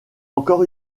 encore